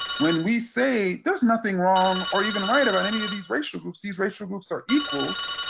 when we say there's nothing wrong, or even right, about any of these racial groups, these racial groups are equals,